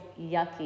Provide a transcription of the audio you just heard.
yucky